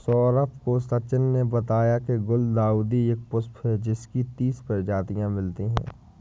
सौरभ को सचिन ने बताया की गुलदाउदी एक पुष्प है जिसकी तीस प्रजातियां मिलती है